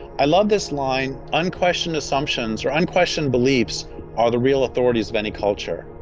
i love this line, unquestioned assumptions or unquestioned beliefs are the real authorities of any culture,